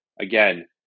again